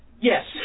Yes